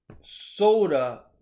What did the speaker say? soda